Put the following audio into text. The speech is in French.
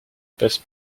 passe